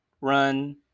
run